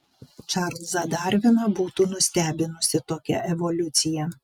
čarlzą darviną būtų nustebinusi tokia evoliucija